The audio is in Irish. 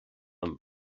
liom